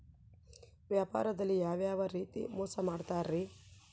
ವ್ಯಾಪಾರದಲ್ಲಿ ಯಾವ್ಯಾವ ರೇತಿ ಮೋಸ ಮಾಡ್ತಾರ್ರಿ?